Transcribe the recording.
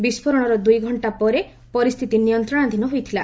ବିସ୍ଫୋରଣର ଦୁଇ ଘଙ୍କା ପରେ ପରିସ୍ଥିତି ନିୟନ୍ତ୍ରଣାଧୀନ ହୋଇଥିଲା